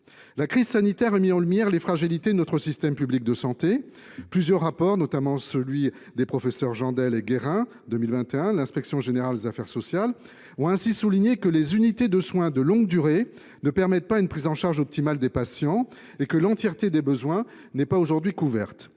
La crise sanitaire a mis en lumière les fragilités de notre système public de santé. Plusieurs rapports, notamment celui des professeurs Claude Jeandel et Olivier Guérin, en 2021, ou celui de l’inspection générale des affaires sociales (Igas), ont souligné que les unités de soins de longue durée (USLD) ne permettaient pas une prise en charge optimale des patients et que l’entièreté des besoins n’était pas couverte.